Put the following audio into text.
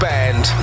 Band